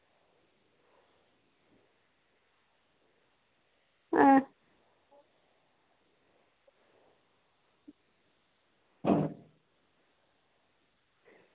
ऐं